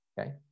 okay